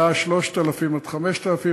היה 3,000 עד 5,000,